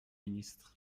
ministre